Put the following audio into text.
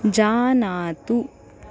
जानातु